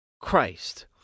Christ